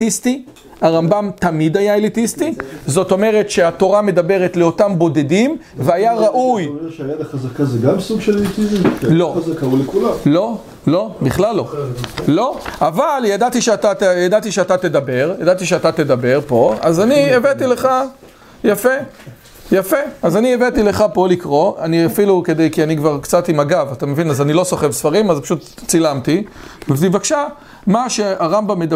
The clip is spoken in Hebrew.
הרמב״ם תמיד היה אליטיסטי, זאת אומרת שהתורה מדברת לאותם בודדים, והיה ראוי. זאת אומרת שהיד החזקה זה גם סוג של אליטיזם? לא.יד חזקה הוא לכולם. לא, לא, בכלל לא. לא, אבל ידעתי שאתה תדבר, ידעתי שאתה תדבר פה, אז אני הבאתי לך, יפה, יפה. אז אני הבאתי לך פה לקרוא, אני אפילו כדי, כי אני כבר קצת עם הגב, אתה מבין? אז אני לא סוחב ספרים, אז פשוט צילמתי. אז בבקשה, מה שהרמב״ם מדבר.